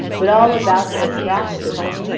but all about they thrashed enough,